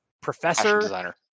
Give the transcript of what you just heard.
professor